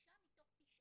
חמישה מתוך תשעה.